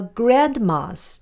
grandmas